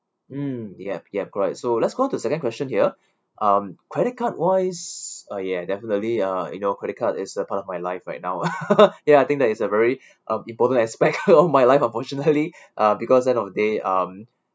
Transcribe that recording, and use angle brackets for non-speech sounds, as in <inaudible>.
um the yup yup correct so let's go to second question here um credit card wise uh ya definitely uh you know credit card is a part of my life right now <laughs> ya I think that is a very <breath> um important aspect <laughs> of my life unfortunately uh because end of day um